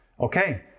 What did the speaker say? Okay